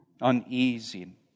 Uneasy